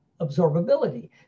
absorbability